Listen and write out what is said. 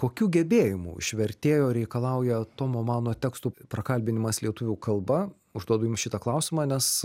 kokių gebėjimų iš vertėjo reikalauja tomo mano tekstų prakalbinimas lietuvių kalba užduodu jums šitą klausimą nes